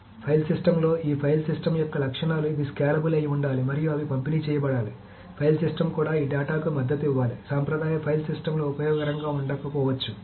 కాబట్టి ఫైల్ సిస్టమ్లో ఈ ఫైల్ సిస్టమ్ యొక్క లక్షణాలు ఇది స్కేలబుల్ అయి ఉండాలి మరియు అవి పంపిణీ చేయబడాలి ఫైల్ సిస్టమ్ కూడా ఈ డేటాకు మద్దతు ఇవ్వాలి సాంప్రదాయ ఫైల్ సిస్టమ్లు ఉపయోగకరంగా ఉండకపోవచ్చు